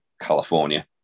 California